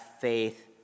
faith